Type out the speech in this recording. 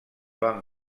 van